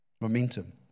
Momentum